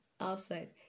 outside